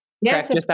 Yes